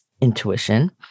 intuition